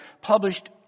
published